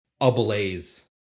ablaze